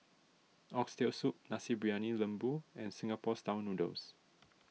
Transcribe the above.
Oxtail Soup Nasi Briyani Lembu and Singapore Style Noodles